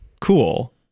cool